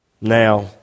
Now